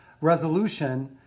resolution